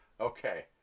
Okay